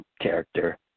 character